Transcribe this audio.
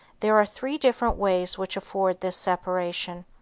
there are three different ways which afford this separation.